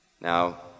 Now